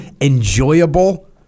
enjoyable